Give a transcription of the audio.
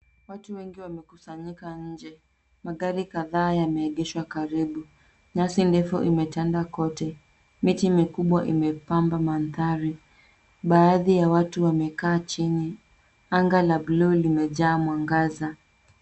Watu wengi wamekusanyika nje. Magari kadhaa yameegeshwa karibu. Nyasi ndefu imetanda kote. Miti mikubwa imepamba mandhari. Baadhi ya watu wamekaa chini. Anga la buluu limejaa mwangaza.